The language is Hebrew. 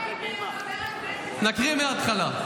תקריא מההתחלה.